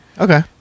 Okay